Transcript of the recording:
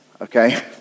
okay